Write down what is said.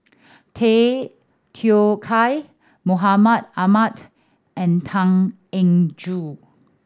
Tay Teow Kiat Mahmud Ahmad and Tan Eng Joo